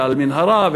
ועל מנהרה,